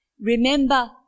Remember